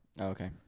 Okay